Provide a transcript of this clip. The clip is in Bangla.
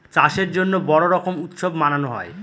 চাষের জন্য বড়ো রকম উৎসব মানানো হয়